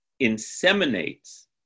inseminates